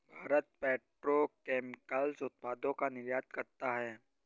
Bharat petrochemicals उत्पादों का निर्यात करता है